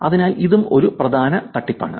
അതിനാൽ ഇതും ഒരു പ്രധാന തട്ടിപ്പു ആണ്